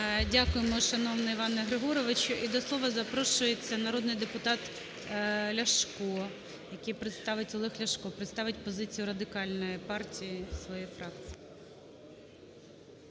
Дякуємо, шановний Іване Григоровичу. І до слова запрошується народний депутат Ляшко, який представить... Олег Ляшко представить позицію Радикальної партії своєї фракції.